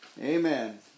Amen